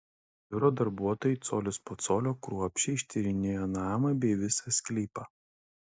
biuro darbuotojai colis po colio kruopščiai ištyrinėjo namą bei visą sklypą